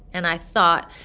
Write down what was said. and i thought,